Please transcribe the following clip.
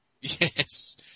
Yes